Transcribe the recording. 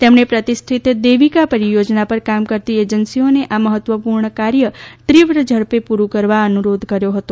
તેમણે પ્રતિષ્ઠિત દેવીકા પરિયોજના પર કામ કરતી એજન્સીઓને આ મહત્વપૂર્ણ કાર્ય તીવ્ર ઝડપે પુરુ કરવા અનુરોધ કર્યો હતો